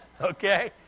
Okay